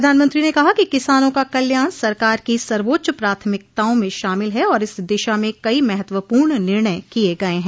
प्रधानमंत्री ने कहा कि किसानों का कल्याण सरकार की सर्वोच्च प्राथमिकताओं में शामिल है और इस दिशा मे कई महत्वपूर्ण निर्णय किये गये हैं